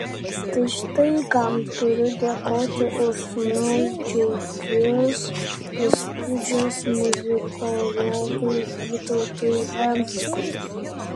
tai štai kam turiu dėkoti už sūnaus džiugius įspūdžius muzikologui vytautui venckui